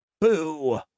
Boo